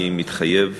אני מתחייב